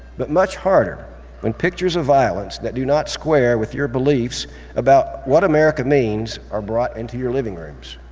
but much harder when pictures of violence that do not square with your beliefs about what america means are brought into your living rooms.